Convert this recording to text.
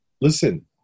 listen